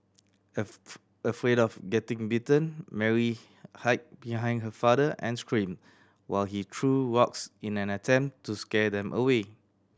afraid of getting bitten Mary hid behind her father and screamed while he threw rocks in an attempt to scare them away